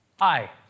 Hi